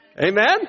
Amen